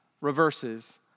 reverses